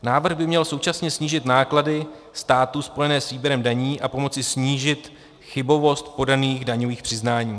Návrh by měl současně snížit náklady státu spojené s výběrem daní a pomoci snížit chybovost podaných daňových přiznání.